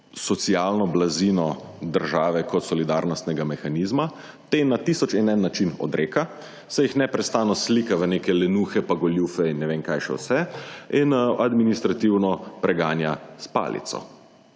socialno blazino države kot solidarnostnega mehanizma, te na tisoč in en način odreka, se jih neprestano slika v neke lenuhe pa goljufe in ne vem kaj še vse in administrativno preganja s palico.